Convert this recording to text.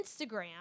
Instagram